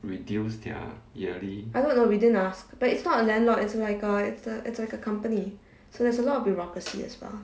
I don't know we didn't ask but it's not a landlord it's like a it's like a company so there's a lot of bureaucracy as well